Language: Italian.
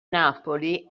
napoli